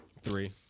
Three